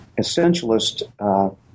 essentialist